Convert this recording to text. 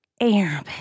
air